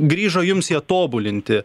grįžo jums jie tobulinti